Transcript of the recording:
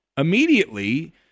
Immediately